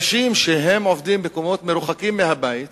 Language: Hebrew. אנשים שעובדים במקומות מרוחקים מהבית,